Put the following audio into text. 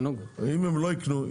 אם הם לא ייקנו,